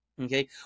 Okay